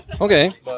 Okay